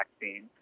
vaccine